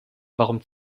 warum